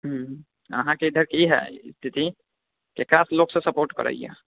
हूँ अहाँके इधर की है स्थिति ककरासँ लोक सभ सपोर्ट करैए